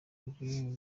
ruri